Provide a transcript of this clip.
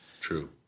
True